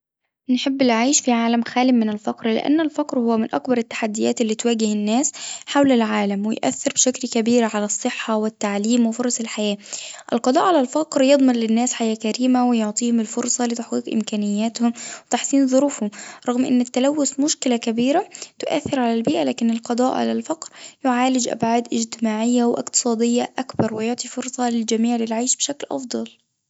نحب العيش في عالم خالي من الفقر لأن الفقر هو من أكبر التحديات اللي تواجه الناس حول العالم ويؤثر بشكل كبير على الصحة والتعليم وفرص الحياة القضاء على الفقر يضمن للناس حياة كريمة ويعطيهم الفرصة لتحقيق إمكانياتهم وتحسين ظروفهم رغم إن التلوث مشكلة كبيرة تؤثر على البيئة لكن القضاء على الفقر يعالج أبعاد اجتماعية واقتصادية أكثر ويعطي فرصة للجميع للعيش بشكل أفضل.